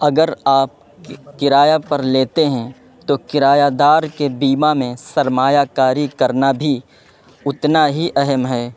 اگر آپ کرایہ پر لیتے ہیں تو کرایہ دار کے بیمہ میں سرمایہ کاری کرنا بھی اتنا ہی اہم ہے